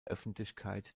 öffentlichkeit